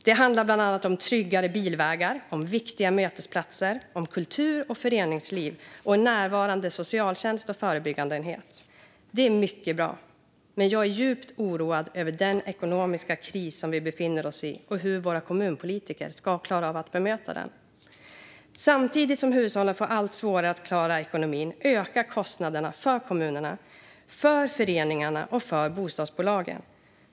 Det handlar bland annat om tryggare bilvägar, viktiga mötesplatser, kultur och föreningsliv och en närvarande socialtjänst och förebyggandeenhet. Det är mycket bra, men jag är djupt oroad över den ekonomiska kris som vi befinner oss i och hur våra kommunpolitiker ska klara av att möta den. Samtidigt som hushållen får allt svårare att klara ekonomin ökar kostnaderna för kommunerna, föreningarna och bostadsbolagen.